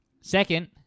Second